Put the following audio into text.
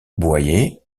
boyer